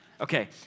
Okay